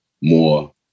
more